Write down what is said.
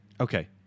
okay